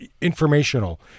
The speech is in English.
informational